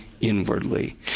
inwardly